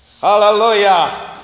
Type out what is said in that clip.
Hallelujah